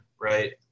right